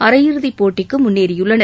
அரையிறுதிப் போட்டிக்கு முன்னேறியுள்ளன்